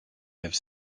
have